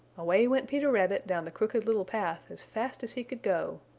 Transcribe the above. away went peter rabbit down the crooked little path as fast as he could go,